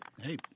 Hey